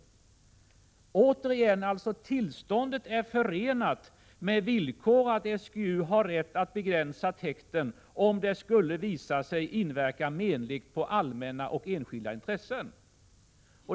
Tillståndet är alltså förenat med villkor att SGU har rätt att begränsa täkten, om det skulle visa sig inverka menligt på allmänna och enskilda intressen.